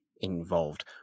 involved